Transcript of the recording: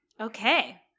Okay